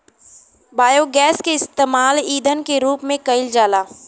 biogas के इस्तेमाल ईधन के रूप में कईल जाला